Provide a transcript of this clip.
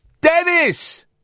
Dennis